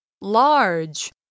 large